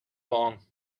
long